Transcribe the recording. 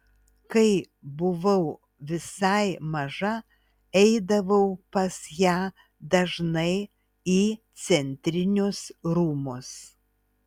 kai buvau visai maža eidavau pas ją dažnai į centrinius rūmus